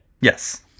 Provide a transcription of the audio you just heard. Yes